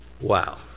Wow